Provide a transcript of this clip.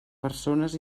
persones